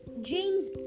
James